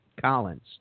Collins